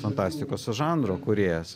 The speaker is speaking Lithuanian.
fantastikos žanro kūrėjas